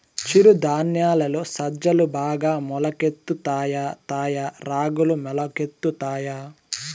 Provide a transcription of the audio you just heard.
చిరు ధాన్యాలలో సజ్జలు బాగా మొలకెత్తుతాయా తాయా రాగులు మొలకెత్తుతాయా